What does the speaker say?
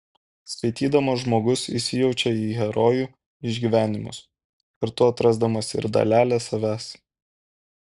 skaitydamas žmogus įsijaučia į herojų išgyvenimus kartu atrasdamas ir dalelę savęs